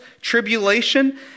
tribulation